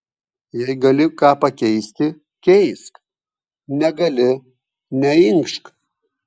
jei gali ką pakeisti keisk negali neinkšk